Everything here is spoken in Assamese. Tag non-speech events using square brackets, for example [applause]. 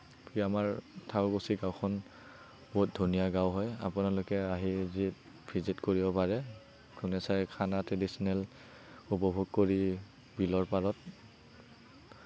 বাকী আমাৰ ঠাকুৰকুছী গাওঁখন বহুত ধুনীয়া গাওঁ হয় আপোনালোকে আহি [unintelligible] ভিজিট কৰিব পাৰে ধুনীয়াচে খানা ট্ৰেডিচনেল উপভোগ কৰি বিলৰ পাৰত